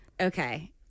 okay